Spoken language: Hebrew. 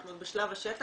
אנחנו בשלב השטח,